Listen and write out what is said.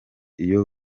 iyo